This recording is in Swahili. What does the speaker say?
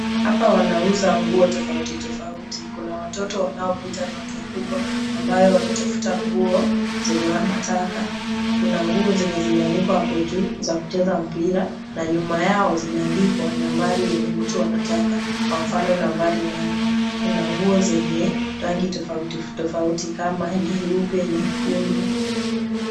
Hapa wanauza nguo tofauti tofauti, kuna watoto wanaopita na watu wakubwa ambao wanatafuta nguo zenye wanataka. Kuna nguo zenye zimeanikwa hapo juu, za kucheza mpira na nyuma yao zimeandikwa nambari yenye mtu anataka kwa mfano nambari nane. Kuna nguo zenye rangi tofauti tofauti kama nyeupe, nyekundu